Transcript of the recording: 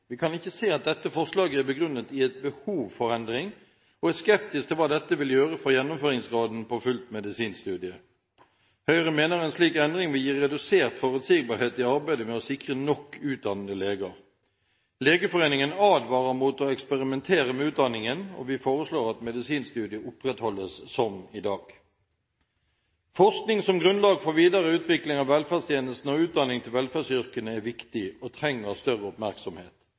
Vi kan ikke se at dette forslaget er begrunnet i et behov for endring, og er skeptisk til hva dette vil gjøre for gjennomføringsgraden på fullt medisinstudium. Høyre mener en slik endring vil gi redusert forutsigbarhet i arbeidet med å sikre nok utdannede leger. Legeforeningen advarer mot å eksperimentere med utdanningen, og vi foreslår at medisinstudiet opprettholdes som i dag. Forskning som grunnlag for videre utvikling av velferdstjenestene og utdanning til velferdsyrkene er viktig og trenger større oppmerksomhet.